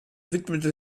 widmete